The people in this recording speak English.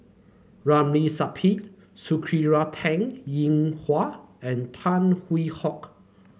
Ramli Sarip Sakura Teng Ying Hua and Tan Hwee Hock